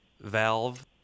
valve